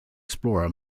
explorer